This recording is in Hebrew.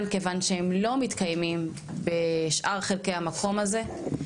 כיוון שהם לא מתקיימים בשאר חלקי המקום הזה,